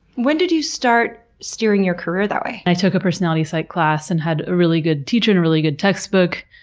when did you start steering your career that way? i took a personality psych class and had a really good teacher and a really good textbook,